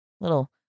little